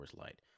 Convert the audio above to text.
Light